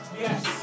Yes